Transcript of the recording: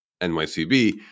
nycb